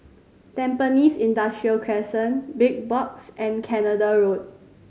Tampines Industrial Crescent Big Box and Canada Road